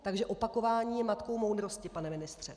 Takže opakování je matkou moudrosti, pane ministře.